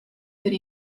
per